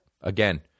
again